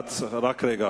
רק רגע,